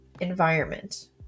environment